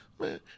Man